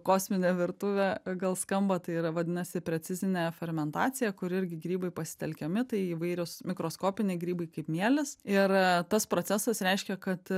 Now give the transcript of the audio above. kosminė virtuvė gal skamba tai yra vadinasi precizinė fermentacija kur irgi grybai pasitelkiami tai įvairios mikroskopiniai grybai kaip mielės ir tas procesas reiškia kad